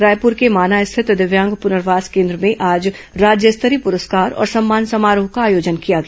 रायपुर के माना स्थित दिव्यांग पुनर्वास केन्द्र में आज राज्य स्तरीय पुरस्कार और सम्मान समारोह का आयोजन किया गया